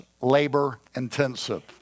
labor-intensive